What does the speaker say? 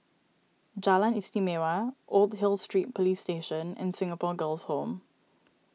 Jalan Istimewa Old Hill Street Police Station and Singapore Girls' Home